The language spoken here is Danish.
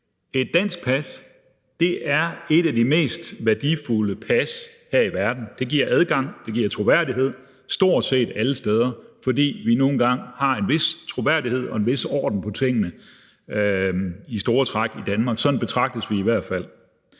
et dansk pas er et af de mest værdifulde pas her i verden. Det giver adgang og det giver troværdighed stort set alle steder, fordi vi nu engang har en vis troværdighed og en vis orden på tingene i Danmark, i hvert fald i store træk. Sådan betragtes vi i hvert fald.